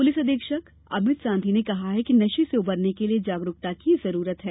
police अधीक्षक अमित सांधी ने कहा कि नशे से उबरने के लिए जागरूकता की जरूरत है